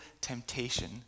temptation